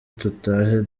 dutahe